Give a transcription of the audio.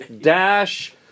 Dash